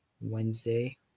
Wednesday